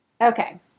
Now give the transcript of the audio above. Okay